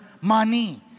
money